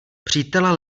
přítel